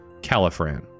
Califran